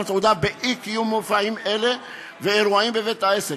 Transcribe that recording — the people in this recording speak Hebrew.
התעודה באי-קיום מופעים אלה ואירועים בבית-העסק,